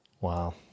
Wow